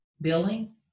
billing